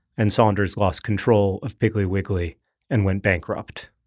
and saunders lost control of piggly wiggly and went bankrupt.